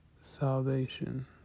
salvation